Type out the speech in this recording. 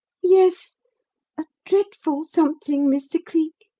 yes a dreadful something, mr. cleek